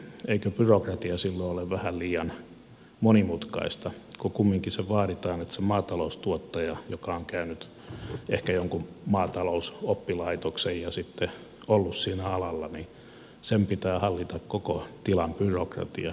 eikö byrokratia silloin ole vähän liian monimutkaista kun kumminkin vaaditaan että sen maataloustuottajan joka on käynyt ehkä jonkun maatalousoppilaitoksen ja sitten ollut sillä alalla pitää hallita koko tilan byrokratia